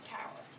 Tower